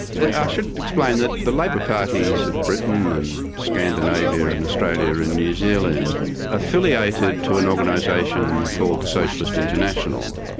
i should explain that the labour parties of britain and scandinavia and australia and new zealand affiliated to an organisation called the socialist international.